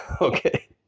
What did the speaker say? Okay